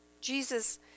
Jesus